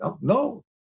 No